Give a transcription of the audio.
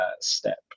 step